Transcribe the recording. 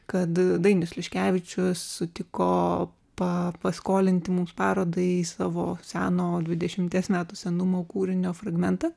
kad dainius liškevičius sutiko pa paskolinti mums parodai savo seno dvidešimties metų senumo kūrinio fragmentą